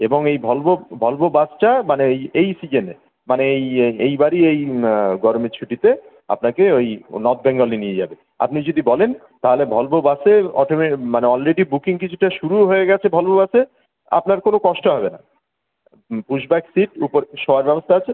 এবং এই Volvo Volvo বাসটা মানে এই এই সিজনে মানে এই এইবারই এই গরমের ছুটিতে আপনাকে ওই ও নর্থ বেঙ্গলে নিয়ে যাবে আপনি যদি বলেন তাহলে ভলভো বাসে অটোমে মানে অলরেডি বুকিং কিছুটা শুরুও হয়ে গিয়েছে ভলভো বাসে আপনার কোনো কষ্ট হবে না হুম পুশ ব্যাক সিট উপর শোওয়ার ব্যবস্থা আছে